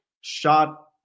shot